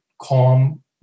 calm